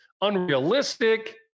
unrealistic